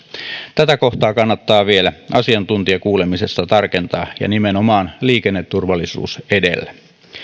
tätä kohtaa kannattaa vielä asiantuntijakuulemisessa tarkentaa ja nimenomaan liikenneturvallisuus edellä